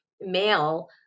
male